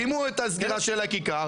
סיימו את הסגירה של הכיכר,